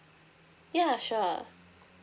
ya sure